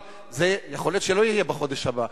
אבל זה יכול להיות שלא יהיה בחודש הבא,